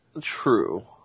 True